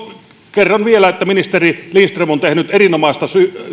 kerron vielä että ministeri lindström on tehnyt erinomaista